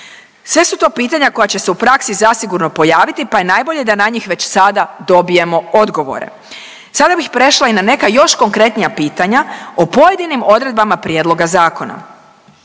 Sve su to pitanja koja će se u praksi zasigurno pojaviti pa je najbolje da na njih već sada dobijemo odgovore. Sada bih prešla i na neka još konkretnija pitanja o pojedinim odredbama prijedloga zakona.